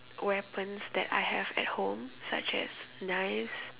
weapons that I have at home such as knives